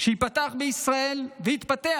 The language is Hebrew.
שייפתח בישראל ויתפתח